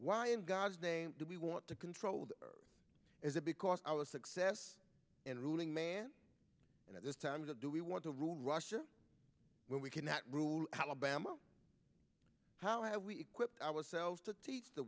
why in god's name do we want to control the earth is it because our success in ruling man and at this time to do we want to rule russia where we cannot rule alabama how have we equip ourselves to teach the